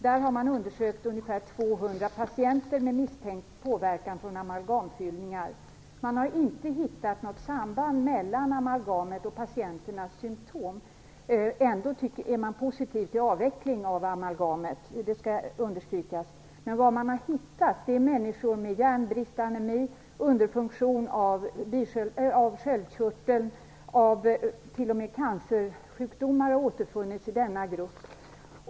Där har man undersökt ca 200 patienter med misstänkt påverkan från amalgamfyllningar. Man har inte hittat något samband mellan amalgamet och patienternas symtom. Ändå är man positiv till avveckling av amalgamet, det skall understrykas. Vad man har hittat är människor med järnbrist/anemi och med underfunktion av sköldkörteln. T.o.m. människor med cancersjukdomar har återfunnits i denna grupp.